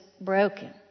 broken